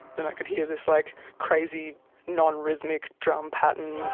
and i could hear this like crazy non-rhythmic drum pattern